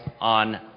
on